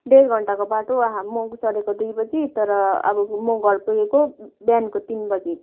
डेढ घन्टाको बाटो म चढेको दुई बजी तर अब म घर पुगेको बिहानको तिन बजी